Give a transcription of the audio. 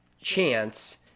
chance